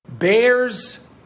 Bears